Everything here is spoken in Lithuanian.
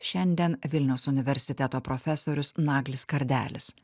šiandien vilniaus universiteto profesorius naglis kardelis